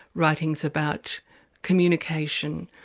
writing's about communication,